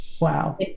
Wow